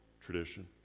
tradition